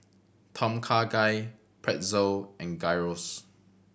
Tom Kha Gai Pretzel and Gyros